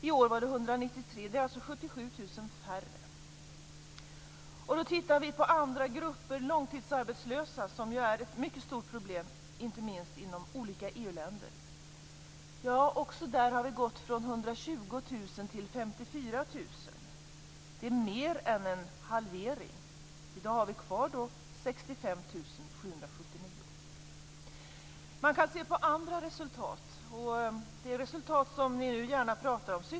I år var det Då tittar vi på andra grupper. De långtidsarbetslösa är ett mycket stort problem, inte minst inom olika EU-länder. Också i fråga om dessa har vi gått från 120 000 till 54 000. Det är mer än en halvering. I dag har vi kvar 65 779. Man kan se på andra resultat. Det är resultat som ni gärna talar om.